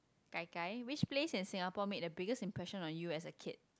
gai-gai which place in Singapore made the biggest impression on you as a kid